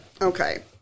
okay